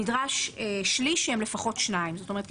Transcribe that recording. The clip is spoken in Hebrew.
נדרש שליש שהם לפחות 2. זאת אומרת,